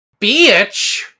Bitch